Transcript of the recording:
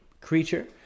creature